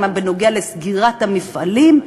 מה בנוגע לסגירת המפעלים?